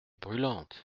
brûlantes